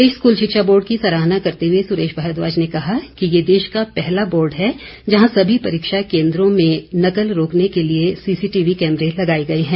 प्रदेश school शिक्षा board की सराहना करते हुए सुरेश भारद्वाज ने कहा कि ये देश का पहला बोर्ड है जहां सभी परीक्षा केन्द्रों में नकल रोकने के लिए सीसीटीवी कैमरे लगाए गए हैं